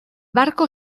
barco